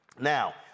Now